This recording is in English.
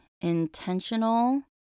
intentional